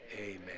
amen